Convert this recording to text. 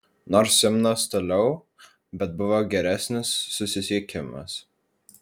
nors simnas toliau bet buvo geresnis susisiekimas